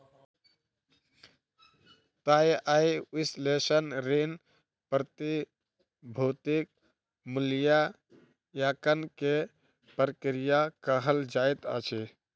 तय आय विश्लेषण ऋण, प्रतिभूतिक मूल्याङकन के प्रक्रिया कहल जाइत अछि